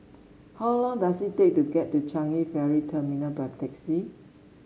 how long does it take to get to Changi Ferry Terminal by taxi